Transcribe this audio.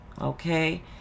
Okay